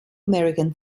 american